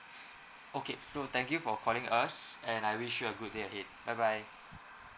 okay so thank you for calling us and I wish you a good day ahead bye bye